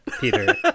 Peter